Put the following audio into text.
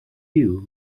you